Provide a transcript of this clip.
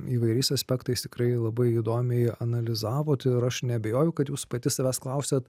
įvairiais aspektais tikrai labai įdomiai analizavot ir aš neabejoju kad jūs pati savęs klausiat